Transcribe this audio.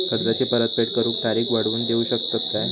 कर्जाची परत फेड करूक तारीख वाढवून देऊ शकतत काय?